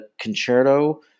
concerto